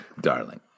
darling